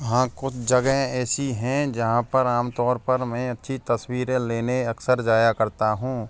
हाँ कुछ जगह ऐसी हैं जहाँ पर आम तौर पर मैं अच्छी तस्वीरें लेने अक्सर जाया करता हूँ